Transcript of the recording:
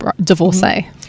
divorcee